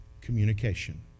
Communication